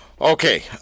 Okay